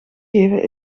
geven